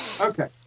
Okay